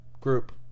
group